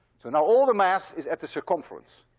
so now all the mass is at the circumference,